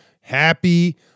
Happy